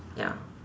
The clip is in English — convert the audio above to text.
ya